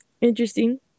Interesting